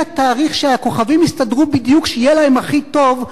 התאריך שהכוכבים יסתדרו בדיוק שיהיה להם הכי טוב,